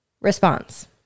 response